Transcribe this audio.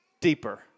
deeper